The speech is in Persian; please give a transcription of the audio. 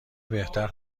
بهتر